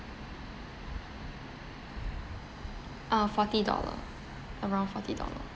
uh forty dollar around forty dollar